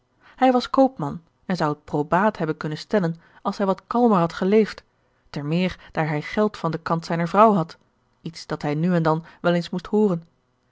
hij was koopman en zou het probaat hebben kunnen stellen als hij wat kalmer had geleefd te meer daar hij geld van den kant zijner vrouw had iets dat hij nu en dan wel eens moest hooren